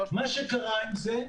מה שקרה עם זה,